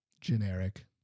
generic